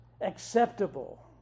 acceptable